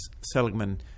seligman